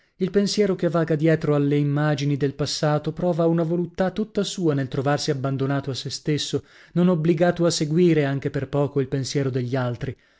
il pensiero che vaga dietro allo immagini del passato prova una voluttà tutta sua nel trovarsi abbandonato a sè stesso non obbligato a seguire anche per poco il pensiero degli altri